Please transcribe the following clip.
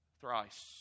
thrice